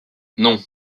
non